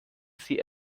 sie